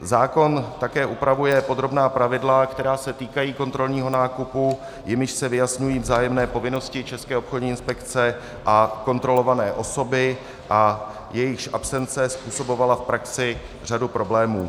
Zákon také upravuje podrobná pravidla, která se týkají kontrolního nákupu, jimiž se vyjasňují vzájemné povinnosti České obchodní inspekce a kontrolované osoby a jejichž absence způsobovala v praxi řadu problémů.